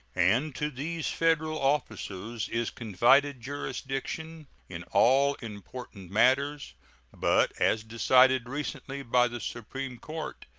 and to these federal officers is confided jurisdiction in all important matters but, as decided recently by the supreme court,